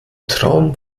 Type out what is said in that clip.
traum